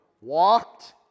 Walked